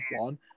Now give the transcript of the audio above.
one